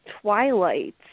twilight